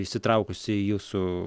įsitraukusi į jūsų